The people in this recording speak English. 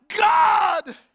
God